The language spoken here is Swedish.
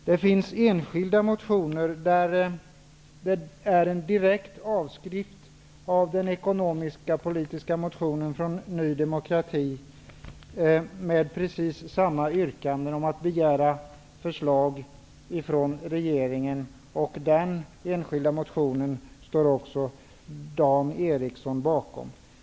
Det finns enskilda motioner, som är direkta avskrifter av den ekonomisk-politiska motionen från Ny demokrati. De har precis samma yrkanden om att riksdagen skall begära förslag från regeringen. Även Dan Eriksson står bakom en enskild motion.